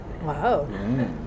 Wow